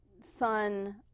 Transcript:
son